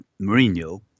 Mourinho